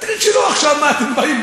עשרות-מיליונים על מה ולמה?